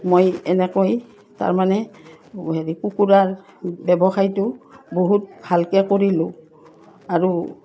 মই এনেকৈ তাৰমানে হেৰি কুকুৰাৰ ব্যৱসায়টো বহুত ভালকৈ কৰিলোঁ আৰু